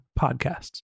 podcasts